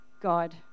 God